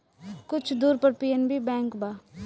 कुछ दूर पर पी.एन.बी बैंक बा